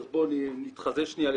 אז בואו נתחזה שנייה לתמימים,